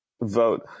vote